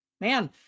Man